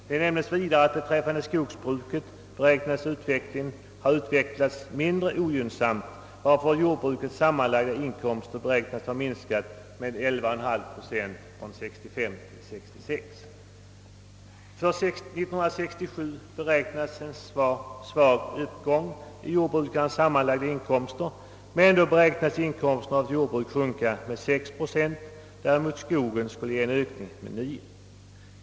Det nämnes vidare, att beträffande skogsbruket beräknas utvecklingen ha varit mindre gynnsam, varför jordbru kets sammanlagda inkomster beräknas ha minskat med 11,5 procent från 1965 till 1966. För 1967 väntas en svag uppgång av jordbrukarnas sammanlagda inkomster, men ändå beräknas inkomsterna av jordbruket sjunka med 6 procent. Däremot skulle skogsbruket ge en ökning med 9 procent.